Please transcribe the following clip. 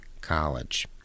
College